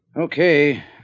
Okay